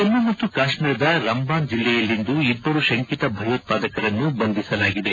ಜಮ್ಮ ಮತ್ತು ಕಾಶ್ನೀರದ ರಂಬಾನ್ ಜಿಲ್ಲೆಯಲ್ಲಿಂದು ಇಬ್ಲರು ಶಂಕಿತ ಭಯೋತ್ವಾದಕರನ್ನು ಬಂಧಿಸಲಾಗಿದೆ